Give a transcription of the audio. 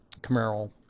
Camaro